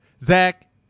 Zach